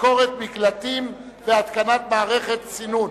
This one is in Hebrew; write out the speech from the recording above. ביקורת מקלטים והתקנת מערכות סינון),